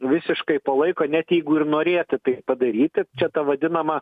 visiškai palaiko net jeigu ir norėtų tai padaryti čia ta vadinama